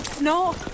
No